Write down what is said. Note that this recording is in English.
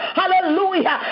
hallelujah